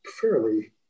fairly